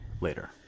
later